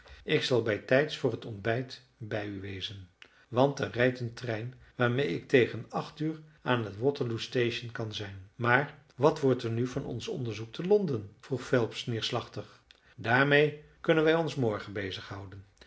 ik zal bijtijds voor het ontbijt bij u wezen want er rijdt een trein waarmede ik tegen acht uur aan t waterloo station kan zijn maar wat wordt er nu van ons onderzoek te londen vroeg phelps neerslachtig daarmede kunnen wij ons morgen